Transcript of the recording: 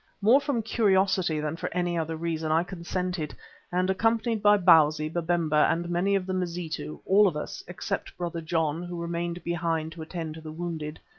more from curiosity than for any other reason i consented and accompanied by bausi, babemba and many of the mazitu, all of us, except brother john, who remained behind to attend to the wounded,